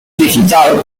digital